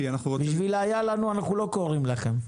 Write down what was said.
כי אנחנו רוצים --- בשביל היה לנו אנחנו לא קוראים לכם.